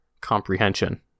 comprehension